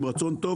עם רצון טוב,